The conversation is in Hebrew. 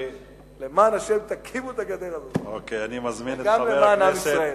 למען השם, תקימו את הגדר הזאת, וגם למען עם ישראל.